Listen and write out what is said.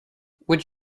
would